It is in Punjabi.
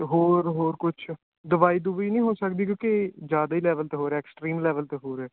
ਅਤੇ ਹੋਰ ਹੋਰ ਕੁਛ ਦਵਾਈ ਦਬੁਈ ਨਹੀਂ ਹੋ ਸਕਦੀ ਕਿਉਂਕਿ ਜ਼ਿਆਦਾ ਲੈਵਲ 'ਤੇ ਹੋ ਰਿਹਾ ਐਕਸਟ੍ਰੀਮ ਲੈਵਲ 'ਤੇ ਹੋ ਰਿਹਾ